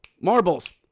Marbles